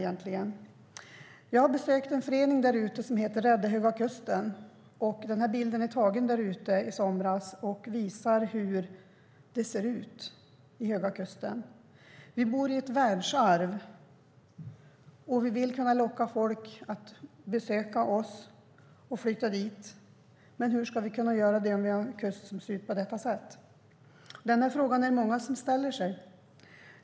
Jag har besökt föreningen Rädda Höga kusten. Fotot som jag visade togs i somras och visar hur tillståndet är där. Vi bor i ett världsarv, och vi vill kunna locka folk att besöka oss eller att flytta dit, men hur ska vi kunna göra det när Höga kusten ser ut på detta sätt? Det är många som ställer sig den frågan.